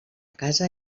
casa